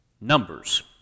Numbers